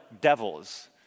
devils